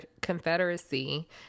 Confederacy